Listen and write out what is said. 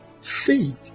faith